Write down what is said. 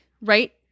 right